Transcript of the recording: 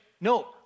No